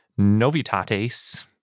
Novitates